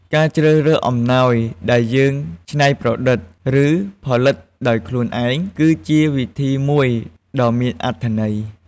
ការជ្រើសរើសអំណោយដែលយើងច្នៃប្រឌិត ឬផលិតដោយខ្លួនឯង គឺជាវិធីមួយដ៏មានអត្ថន័យ។